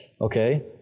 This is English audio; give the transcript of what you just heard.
Okay